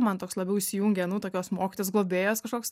man toks labiau įsijungė nu tokios mokytojos globėjos kažkoks